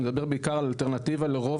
אני מדבר בעיקר על אלטרנטיבה לרוב